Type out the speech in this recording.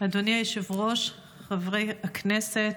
אדוני היושב-ראש, חברי הכנסת,